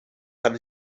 kann